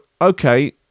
okay